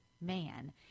man